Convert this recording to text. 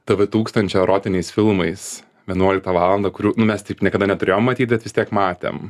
tv tūkstančio erotiniais filmais vienuoliktą valandą kurių nu mes taip niekada neturėjom matyt vis tiek matėm